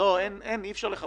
אין, אי אפשר לכבות תנור.